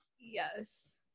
yes